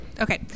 Okay